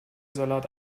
salat